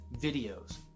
videos